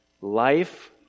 Life